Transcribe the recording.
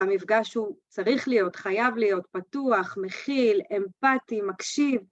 המפגש הוא צריך להיות, חייב להיות, פתוח, מכיל, אמפתי, מקשיב.